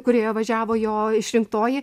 kurioje važiavo jo išrinktoji